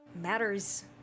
matters